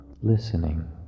listening